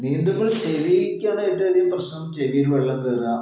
നീന്തുമ്പോൾ ചെവിക്കാണ് ഏറ്റവും അധികം പ്രശ്നം ചെവിയിൽ വെള്ളം കേറുക